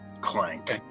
Clank